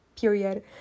period